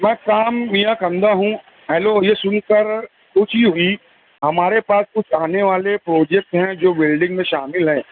میں شیام میاں کندہ ہوں ہیلو یہ سن کر خوشی ہوئی ہمارے پاس کچھ آنے والے پروجیکٹ ہیں جو ویلڈنگ میں شامل ہیں